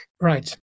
Right